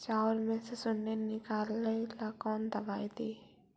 चाउर में से सुंडी निकले ला कौन दवाई दी?